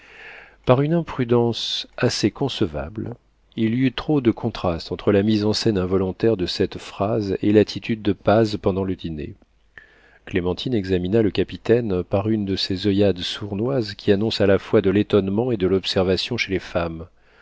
par une imprudence assez concevable il y eut trop de contraste entre la mise en scène involontaire de cette phrase et l'attitude de paz pendant le dîner clémentine examina le capitaine par une de ces oeillades sournoises qui annoncent à la fois de l'étonnement et de l'observation chez les femmes